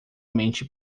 mente